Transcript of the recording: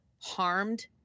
harmed